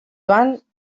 van